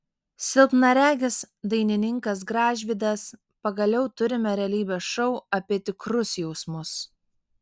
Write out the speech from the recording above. silpnaregis dainininkas gražvydas pagaliau turime realybės šou apie tikrus jausmus